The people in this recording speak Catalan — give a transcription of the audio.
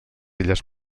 illes